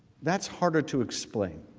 that's hard to explain